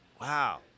Wow